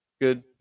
good